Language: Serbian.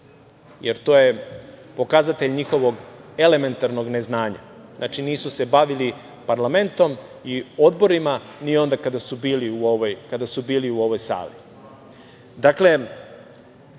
jer to je pokazatelj njihovog elementarnog neznanja. Znači, nisu se bavili parlamentom i odborima ni onda kada su bili u ovoj